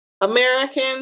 American